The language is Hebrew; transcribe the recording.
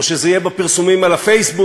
או שזה יהיה בפרסומים בפייסבוק,